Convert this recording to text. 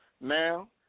now